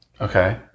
Okay